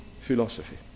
philosophy